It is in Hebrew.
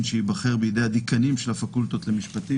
שייבחר בידי הדיקנים של הפקולטות למשפטים,